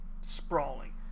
sprawling